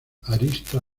arista